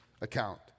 account